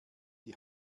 die